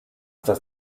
dass